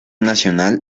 nacional